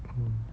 mm